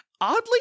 oddly